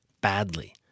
badly